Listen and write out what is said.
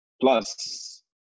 Plus